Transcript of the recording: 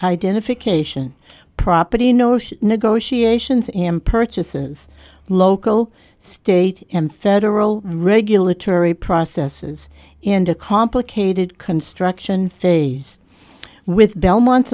identification property notion negotiations in purchases local state and federal regulatory processes and a complicated construction phase with belmont